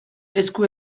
esku